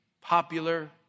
popular